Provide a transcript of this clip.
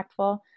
impactful